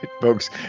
folks